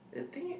I think